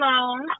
alone